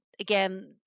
Again